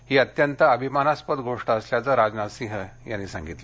ही अत्यंत अभिमानास्पद गोष्ट असल्याचं राजनाथ सिंह यांनी सांगितलं